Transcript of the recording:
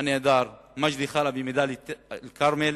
הנעדר מג'די חלבי מדאלית-אל-כרמל,